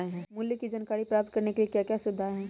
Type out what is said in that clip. मूल्य के जानकारी प्राप्त करने के लिए क्या क्या सुविधाएं है?